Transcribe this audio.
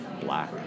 black